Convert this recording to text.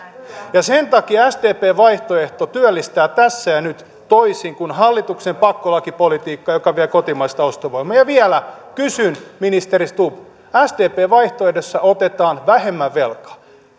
verottaa sen takia sdpn vaihtoehto työllistää tässä ja nyt toisin kuin hallituksen pakkolakipolitiikka joka vie kotimaista ostovoimaa vielä kysyn ministeri stubb sdpn vaihtoehdossa otetaan vähemmän velkaa